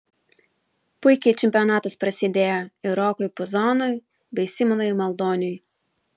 puikiai čempionatas prasidėjo ir rokui puzonui bei simonui maldoniui